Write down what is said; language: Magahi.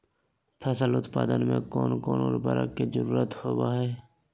फसल उत्पादन में कोन कोन उर्वरक के जरुरत होवय हैय?